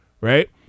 Right